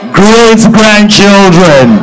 great-grandchildren